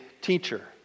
teacher